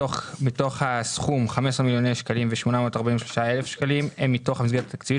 מתוך הסכום: 15,843,000 הם מתוך המסגרת התקציבית